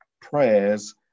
prayers